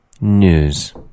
News